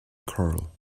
corral